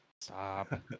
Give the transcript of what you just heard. Stop